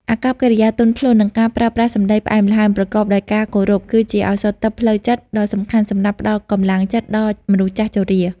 អាកប្បកិរិយាទន់ភ្លន់ និងការប្រើប្រាស់សម្តីផ្អែមល្ហែម ប្រកបដោយការគោរព គឺជាឱសថទិព្វផ្លូវចិត្តដ៏សំខាន់សម្រាប់ផ្តល់កម្លាំងចិត្តដល់មនុស្សជរា។